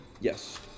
Yes